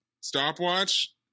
stopwatch